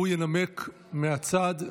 הוא ינמק מהצד.